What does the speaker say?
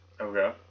Okay